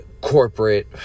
corporate